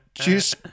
Choose